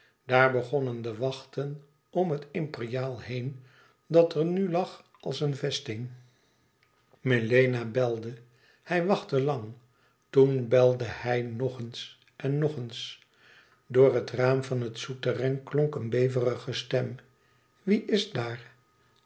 daar begonnen de wachten om het imperiaal heen dat er nu lag als een vesting melena belde hij wachte lang toen belde hij nog eens en nog eens door een raam van het sousterrain klonk een beverige stem wie is daar